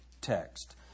text